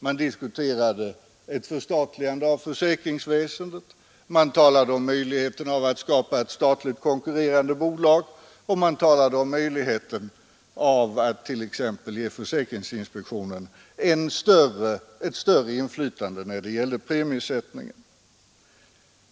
Man talade om ett förstatligande av försäkringsväsendet, man talade om möjligheten av att skapa ett statligt konkurrerande bolag och man talade om möjligheten av att ge t.ex. försäkringsinspektionen ett större inflytande när det gäller premiesättningen.